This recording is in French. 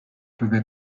peuvent